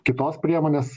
kitos priemonės